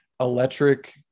electric